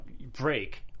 break